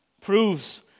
proves